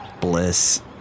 bliss